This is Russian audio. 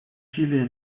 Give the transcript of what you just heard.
усилия